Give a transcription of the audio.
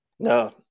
No